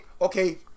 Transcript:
Okay